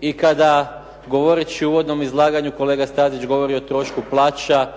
i kada govoreći u uvodnom izlaganju kolega Stazić govori o trošku plaća